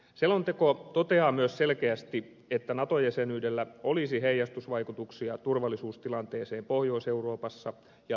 selonteko toteaa myös selkeästi että nato jäsenyydellä olisi heijastusvaikutuksia turvallisuustilanteeseen pohjois euroopassa ja lähialueillamme